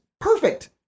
perfect